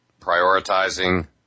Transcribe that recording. prioritizing